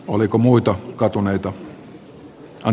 oliko muita katuneita